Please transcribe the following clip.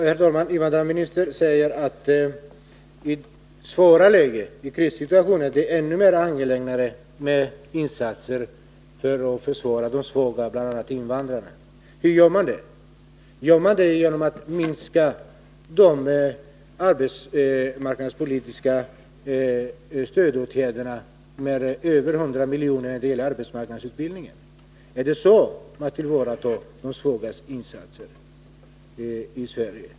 Herr talman! Invandrarministern säger att det i svåra lägen, i krissituationer, är ännu mer angeläget med insatser för att hjälpa de svaga, bl.a. invandrarna. Hur gör man det? Gör man det genom att minska de arbetsmarknadspolitiska stödåtgärderna med över 100 milj.kr. när det gäller arbetsmarknadsutbildningen? Är det så man gör insatser för de svaga i Sverige?